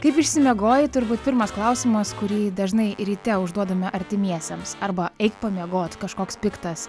kaip išsimiegojai turbūt pirmas klausimas kurį dažnai ryte užduodame artimiesiems arba eik pamiegot kažkoks piktas